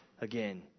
again